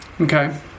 Okay